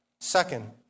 Second